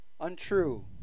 untrue